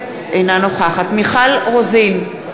אינה נוכחת מיכל רוזין,